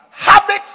Habit